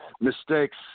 Mistakes